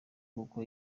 kuko